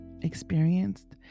experienced